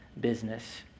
business